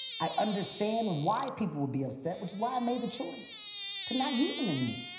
i understand why people would be upset, which is why i made the choice to not use them anymore.